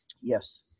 Yes